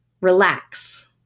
Relax